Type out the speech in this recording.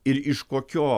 ir iš kokio